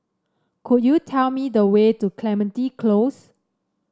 could you tell me the way to Clementi Close